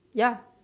ya